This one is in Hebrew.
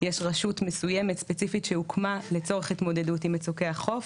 יש רשות מסוימת ספציפית שהוקמה לצורך התמודדות עם מצוקי החוף,